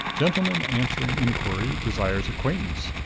gentleman answering inquiry desires acquaintance.